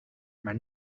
maar